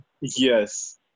Yes